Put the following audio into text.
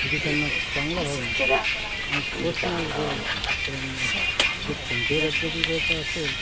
तिथे त्यांना चांगला भाव मिळतो आणि तोच माल जर शेतकऱ्यांना इतर कोणत्याही राज्यात विकायचा असेल